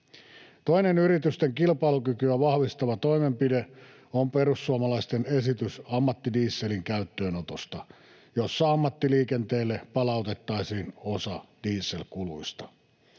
Toinen yritysten kilpailukykyä vahvistava toimenpide on perussuomalaisten esitys ammattidieselin käyttöönotosta, jossa ammattiliikenteelle palautettaisiin osa dieselkuluista.